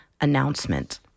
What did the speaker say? announcement